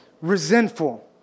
resentful